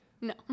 No